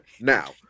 now